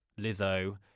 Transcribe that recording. Lizzo